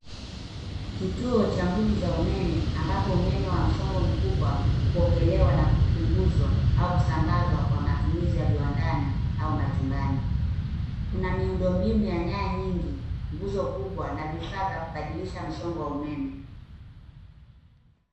Kituo cha nguvu za umeme ambapo umeme wa msongo mkubwa upokelewa na kupunguzwa au kusambazwa kwa matumizi ya viwandani au majumbani. Kuna miundombinu ya nyaya nyingi, nguzo kubwa na vifaa za kubadilisha msongo wa umeme.